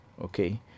okay